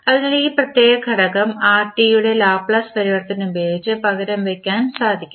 അതിനാൽ ഈ പ്രത്യേക ഘടകം Rt യുടെ ലാപ്ലേസ് പരിവർത്തനം ഉപയോഗിച്ച് പകരം വെക്കാൻ സാധിക്കും